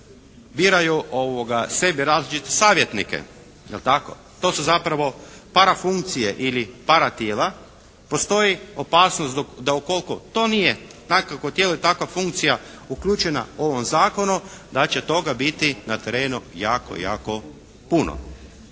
biraju sebi savjetnike, je li tako? To su zapravo parafunkcije ili paratijela. Postoji opasnost da ukoliko to nije … /Govornik se ne razumije./ … tijelo ili takva funkcija uključena u ovom zakonu da će toga biti na terenu jako, jako puno.